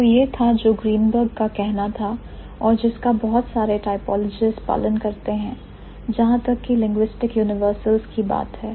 तो यह था जो Greenberg का कहना था और जिसका बहुत सारे typologists पालन करते हैं जहां तक की linguistic universals की बात है